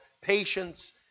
patience